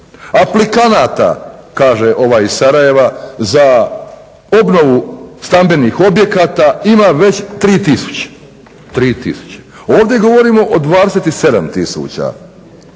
Aplikanata kaže ovaj iz Sarajeva za obnovu stambenih objekata ima već 3000. Ovdje govorimo o 27000.